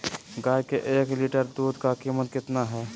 गाय के एक लीटर दूध का कीमत कितना है?